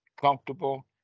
comfortable